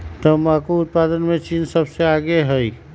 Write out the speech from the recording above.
तंबाकू उत्पादन में चीन सबसे आगे हई